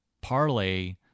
parlay